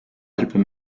alpes